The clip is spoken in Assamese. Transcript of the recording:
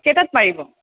কেইটাত পাৰিব